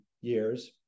years